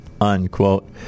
unquote